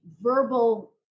verbal